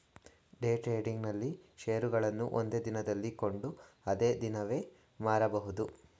day trading ನಲ್ಲಿ ಶೇರುಗಳನ್ನು ಒಂದೇ ದಿನದಲ್ಲಿ ಕೊಂಡು ಅದೇ ದಿನವೇ ಮಾರಬಹುದು